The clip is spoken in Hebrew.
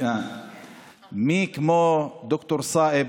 מי כמו ד"ר סאיב,